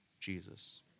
Jesus